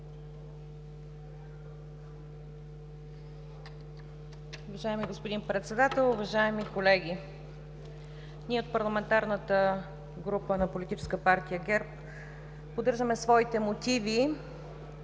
Уважаеми господин Председател, уважаеми, колеги! Ние, в Парламентарната група на Политическа партия ГЕРБ, поддържаме своите мотиви